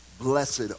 blessed